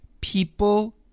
people